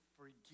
forgive